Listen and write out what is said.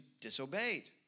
disobeyed